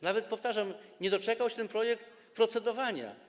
Nawet, powtarzam, nie doczekał się ten projekt procedowania.